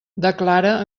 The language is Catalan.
declare